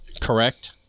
Correct